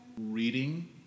reading